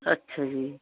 ਅੱਛਾ ਜੀ